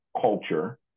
culture